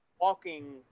walking